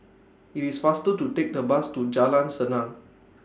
IT IS faster to Take The Bus to Jalan Senang